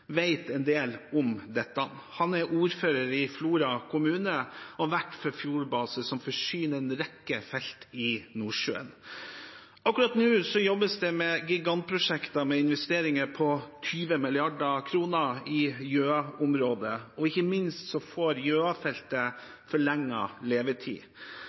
vet en del om dette. Han er ordfører i Flora kommune og vert for Fjord Base, som forsyner en rekke felt i Nordsjøen. Akkurat nå jobbes det med gigantprosjekter med investeringer på 20 mrd. kr i Gjøa-området, og ikke minst får Gjøa-feltet forlenget levetid.